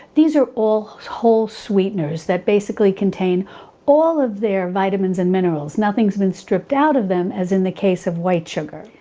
these are all whole sweeteners that basically contain all of their vitamins and minerals. nothing's been stripped out of them as in the case of white sugar.